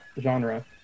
genre